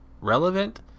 relevant